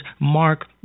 Mark